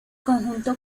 conjunto